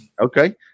Okay